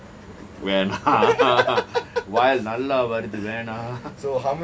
well வாய்ல நல்லா வருது வேனா:vaai la nalla waruthu weana